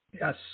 Yes